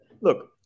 Look